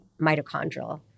mitochondrial